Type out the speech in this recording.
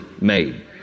made